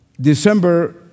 December